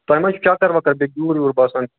تۄہہِ ما چھُ چکَر وکر بیٚیہِ گیوٗر ویوٗر باسان